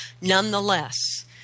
Nonetheless